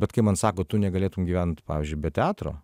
bet kai man sako tu negalėtum gyvent pavyzdžiui be teatro